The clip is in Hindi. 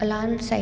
alarm setting